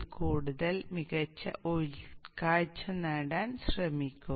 analog behavioral modelling കൂടുതൽ മികച്ച ഉൾക്കാഴ്ച നേടാൻ ശ്രമിക്കുക